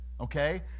okay